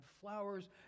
flowers